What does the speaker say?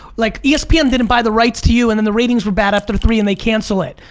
like espn didn't buy the rights to you and then the ratings were bad after three and they cancel it.